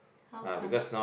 how come